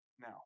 Now